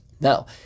Now